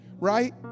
Right